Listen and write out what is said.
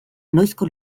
noizko